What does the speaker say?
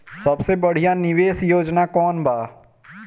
सबसे बढ़िया निवेश योजना कौन बा?